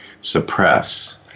suppress